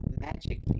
magically